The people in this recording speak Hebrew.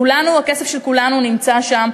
כולנו, הכסף של כולנו נמצא שם.